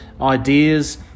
ideas